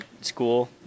school